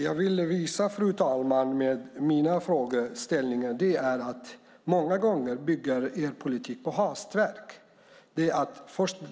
Fru talman! Jag ville med mina frågeställningar visa att er politik många gånger bygger på hastverk.